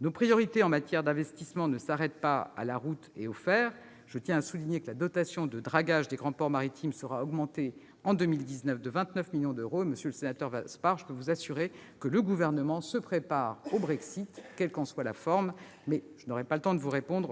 Nos priorités en matière d'investissement ne s'arrêtent pas à la route et au fer : je tiens à souligner que la dotation pour le dragage des grands ports maritimes sera augmentée en 2019 de 29 millions d'euros. Monsieur le sénateur Vaspart, je puis vous assurer que le Gouvernement se prépare au Brexit, quelle qu'en soit la forme, même si je n'ai pas le temps de vous apporter